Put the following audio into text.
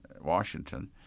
Washington